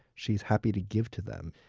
she is happy to give to them.